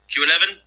Q11